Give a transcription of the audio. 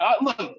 look